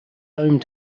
home